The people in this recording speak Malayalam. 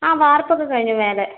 ആ വാർപ്പ് ഒക്കെ കഴിഞ്ഞു മേലെ